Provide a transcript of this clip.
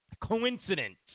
coincidence